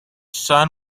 son